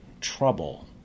trouble